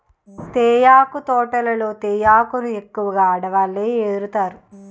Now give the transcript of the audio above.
తేయాకు తోటల్లో తేయాకును ఎక్కువగా ఆడవాళ్ళే ఏరుతారు